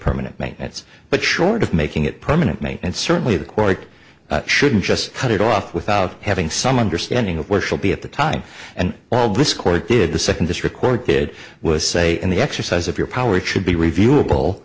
permanent maintenance but short of making it permanent mate and certainly the couric shouldn't just cut it off without having some understanding of where she'll be at the time and all this court did the second this record did was say and the exercise of your power should be review